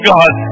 God